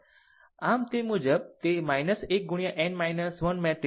આમ તે મુજબ તે 1 ગુણ્યા n 1 મેટ્રિક્સ